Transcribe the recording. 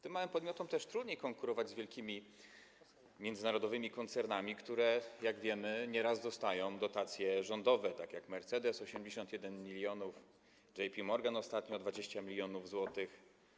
Tym małym podmiotom też trudniej konkurować z wielkimi międzynarodowymi koncernami, które, jak wiemy, nieraz dostają dotacje rządowe, tak jak Mercedes - 81 mln, JP Morgan ostatnio - 20 mln zł.